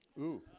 ooh